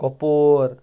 کۄپوور